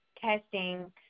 testing